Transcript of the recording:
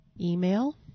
email